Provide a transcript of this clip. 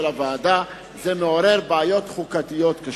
הוועדה זה מעורר בעיות חוקתיות קשות.